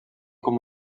com